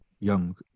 young